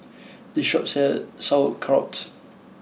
this shop sells Sauerkraut